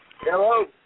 Hello